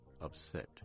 upset